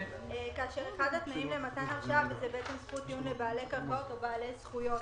אחד התנאים למתן הרשאה היא זכות טיעון לבעלי קרקעות או בעלי זכויות.